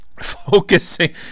focusing